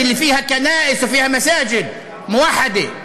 בס ח'לס'נא, רק סיימנו, ואז המשטרה התנפלה.